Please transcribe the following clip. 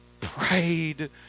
prayed